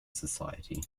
society